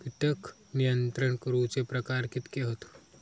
कीटक नियंत्रण करूचे प्रकार कितके हत?